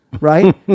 right